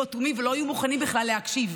אטומים ולא היו מוכנים בכלל להקשיב,